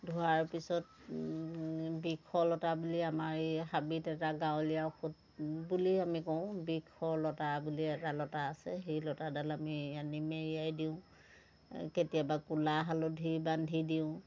ধোৱাৰ পিছত বিষলতা বুলি আমাৰ এই হাবিত এটা গাঁৱলীয়া ঔষধ বুলিয়ে আমি কওঁ বিষলতা বুলি এটা লতা আছে সেই লতাডাল আমি আনি মেৰিয়াই দিওঁ কেতিয়াবা ক'লা হালধি বান্ধি দিওঁ